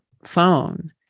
phone